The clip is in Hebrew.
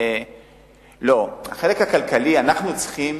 לא, החלק הכלכלי, אנחנו צריכים